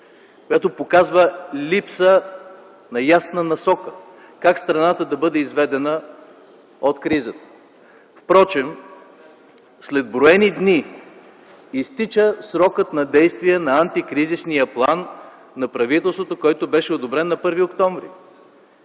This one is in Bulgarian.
която показва липса на ясна насока как страната да бъде изведена от кризата. Впрочем след броени дни изтича срокът на действие на антикризисния план на правителството, който беше одобрен на 1 октомври